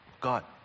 God